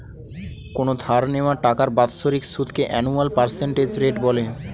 কোনো ধার নেওয়া টাকার বাৎসরিক সুদকে অ্যানুয়াল পার্সেন্টেজ রেট বলে